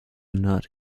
not